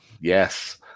Yes